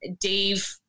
Dave